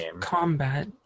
combat